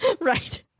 Right